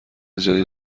جدید